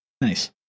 nice